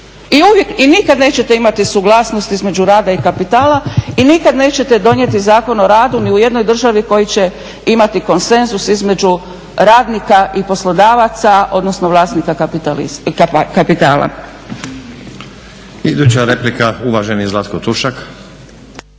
I nikad nećete imati suglasnost između rada i kapitala i nikad nećete donijeti Zakon o radu ni u jednoj državi koji će imati konsenzus između radnika i poslodavaca, odnosno vlasnika kapitala.